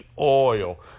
oil